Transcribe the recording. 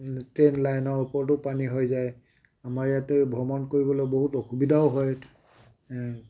train লাইনৰ ওপৰতো পানী হৈ যায় আমাৰ ইয়াতো ভ্ৰমণ কৰিবলৈ বহুত অসুবিধাও হয়